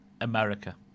America